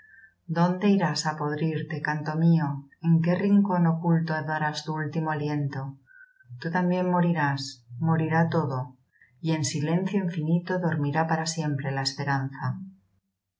donde irás á podrirte canto mío en qué rincón oculto darás tu último aliento tú también morirás morirá todo y en silencio infinito dormirá para siempre la esperanza